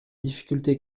difficulté